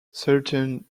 certain